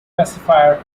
pacifier